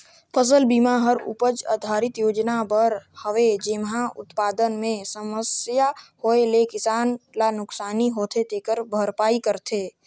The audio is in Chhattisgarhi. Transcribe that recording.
फसल बिमा हर उपज आधरित योजना बर हवे जेम्हे उत्पादन मे समस्या होए ले किसान ल नुकसानी होथे तेखर भरपाई करथे